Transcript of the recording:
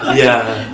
yeah,